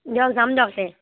দিয়ক যাম দিয়ক